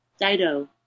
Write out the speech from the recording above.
Dido